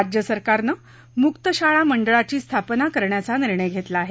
राज्य शासनानं मुक्त शाळा मंडळाची स्थापना करण्याचा निर्णय घेतला आहे